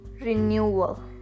renewal